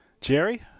Jerry